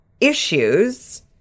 issues